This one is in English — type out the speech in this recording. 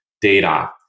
data